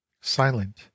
silent